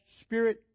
Spirit